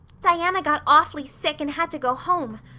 diana got awfully sick and had to go home.